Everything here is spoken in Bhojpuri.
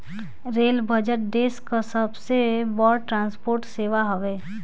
रेल बजट देस कअ सबसे बड़ ट्रांसपोर्ट सेवा हवे